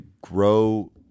grow